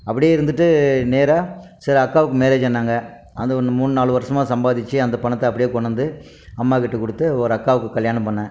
அப்படியே இருந்துட்டு நேராக சரி அக்காவுக்கு மேரேஜுன்னாங்க அதை ஒன்று மூணு நாலு வருஷமாக சம்பாதிச்சு அந்த பணத்தை அப்படியே கொண் வந்து அம்மா கிட்டே கொடுத்து ஒரு அக்காவுக்கு கல்யாணம் பண்ணேன்